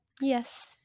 Yes